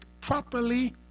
properly